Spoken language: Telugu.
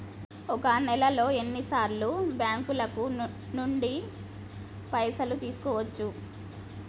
ఒక నెలలో ఎన్ని సార్లు బ్యాంకుల నుండి పైసలు తీసుకోవచ్చు?